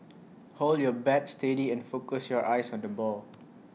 hold your bat steady and focus your eyes on the ball